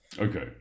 Okay